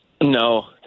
No